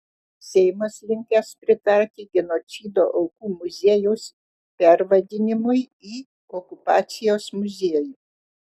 seimas linkęs pritarti genocido aukų muziejaus pervadinimui į okupacijos muziejų